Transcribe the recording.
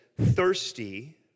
thirsty